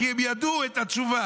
כי הם ידעו את התשובה.